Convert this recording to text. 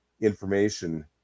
information